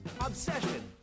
obsession